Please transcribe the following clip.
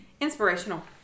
Inspirational